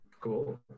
Cool